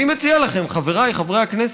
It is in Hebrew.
אני מציע לכם, חבריי חברי הכנסת,